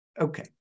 Okay